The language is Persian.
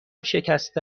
شکسته